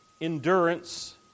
endurance